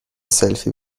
سلفی